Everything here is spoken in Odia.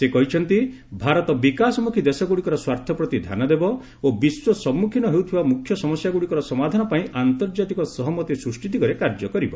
ସେ କହିଛନ୍ତି ଭାରତ ବିକାଶମୁଖୀ ଦେଶଗୁଡ଼ିକର ସ୍ୱାର୍ଥପ୍ରତି ଧ୍ୟାନ ଦେବ ଓ ବିଶ୍ୱ ସମ୍ମୁଖୀନ ହେଉଥିବା ମୁଖ୍ୟ ସମସ୍ୟାଗୁଡ଼ିକର ସମାଧାନ ପାଇଁ ଆନ୍ତର୍ଜାତିକ ସହମତି ସୃଷ୍ଟି ଦିଗରେ କାର୍ଯ୍ୟ କରିବ